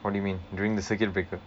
what do you mean during the circuit breaker